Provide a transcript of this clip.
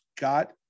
got